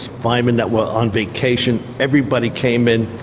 firemen that were on vacation, everybody came in.